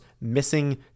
missing